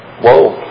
Whoa